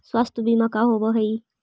स्वास्थ्य बीमा का होव हइ?